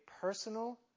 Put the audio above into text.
personal